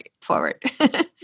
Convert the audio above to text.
forward